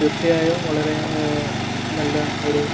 തീർച്ചയായും വളരെ നല്ല ഒരു